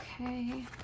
Okay